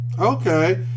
Okay